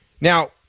Now